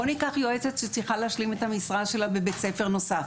בוא ניקח יועצת שצריכה להשלים את המשרה שלה בבית ספר נוסף,